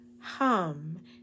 hum